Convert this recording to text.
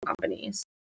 companies